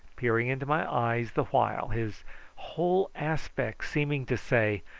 peering into my eyes the while, his whole aspect seeming to say,